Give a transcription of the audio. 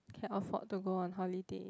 can afford to go on holiday